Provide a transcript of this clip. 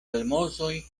almozoj